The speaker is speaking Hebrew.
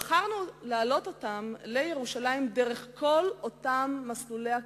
בחרנו להעלות אותם לירושלים דרך כל אותם מסלולי הקרבות.